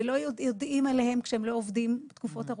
ולא יודעים עליהם כשהם לא עובדים תקופות ארוכות,